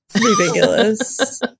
ridiculous